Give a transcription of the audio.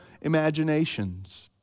imaginations